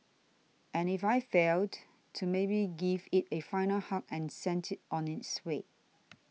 and if I failed to maybe give it a final hug and send it on its way